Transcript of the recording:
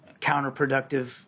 counterproductive